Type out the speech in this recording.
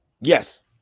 Yes